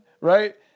right